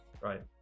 right